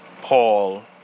Paul